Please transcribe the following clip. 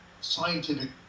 scientific